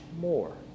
more